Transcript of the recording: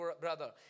brother